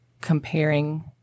comparing